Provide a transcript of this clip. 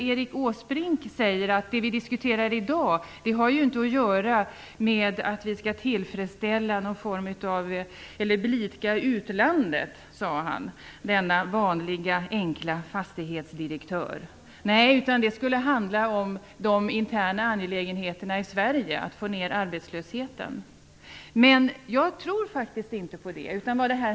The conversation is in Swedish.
Erik Åsbrink - denna vanliga, enkla fastighetsdirektör - sade att det som vi diskuterar i dag inte har att göra med att vi skall blidka utlandet utan att det handlar om de interna angelägenheterna i Sverige, om att få ner arbetslösheten. Jag tror faktiskt inte på det.